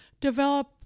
develop